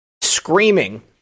screaming